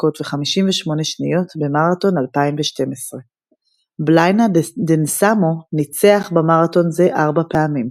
שעות במרתון 2012. בלאיינה דינסאמו ניצח במרתון זה ארבע פעמים.